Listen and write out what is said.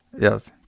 yes